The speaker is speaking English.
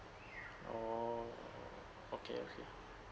oh okay okay